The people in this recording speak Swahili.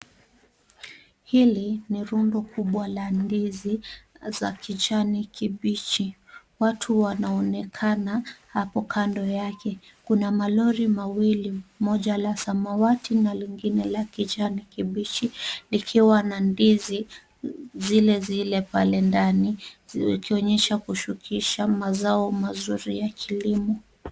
Hili ni rundo kubwa la ndizi za kijani kibichi. Watu wanaonekana hapo kando yake. Kuna malori mawili, moja la samawati na lingine la kijani kibichi, likiwa na ndizi zile zile pale ndani zikionyesha kushukisha mazao mazuri ya kilimo.